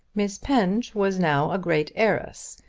miss penge was now a great heiress,